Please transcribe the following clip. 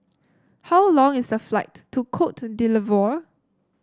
how long is the flight to Cote d'lvoire